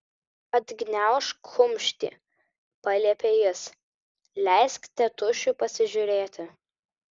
atgniaužk kumštį paliepė jis leisk tėtušiui pasižiūrėti